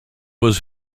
was